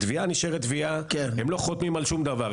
הם לא חותמים על שום דבר,